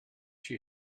she